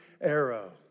arrow